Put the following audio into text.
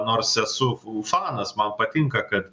nors esu fanas man patinka kad